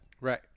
Right